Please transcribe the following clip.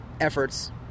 efforts